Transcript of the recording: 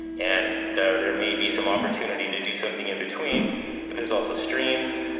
and there there may be some opportunity to do something in between, but there's also streams,